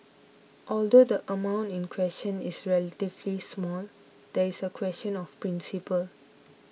although the amount in question is relatively small there is a question of principle